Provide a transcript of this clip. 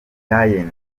diyen